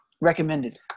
recommended